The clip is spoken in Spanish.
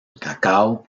cacao